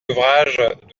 ouvrages